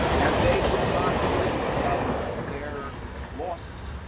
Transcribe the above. and they will not fully recover their losses,